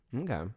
Okay